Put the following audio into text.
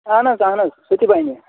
اہَن حظ اہَن حظ سُہ تہِ بَنہِ